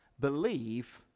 Believe